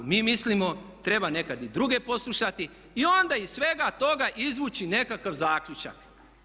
Mi mislimo treba nekad i druge poslušati i onda iz svega toga izvući nekakav zaključak.